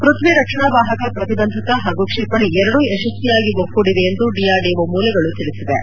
ಪೃಥ್ಣಿ ರಕ್ಷಣಾ ವಾಹಕ ಪ್ರತಿಬಂಧಕ ಹಾಗೂ ಕ್ಷಿಪಣಿ ಎರಡೂ ಯಶಸ್ವಿಯಾಗಿ ಒಗ್ಗೂಡಿವೆ ಎಂದು ಡಿಆರ್ಡಿಟ ಮೂಲಗಳು ತಿಳಿಸಿವೆ